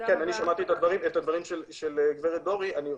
שמעתי את הדברים שגברת דורי אמרה,